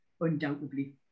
undoubtedly